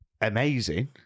amazing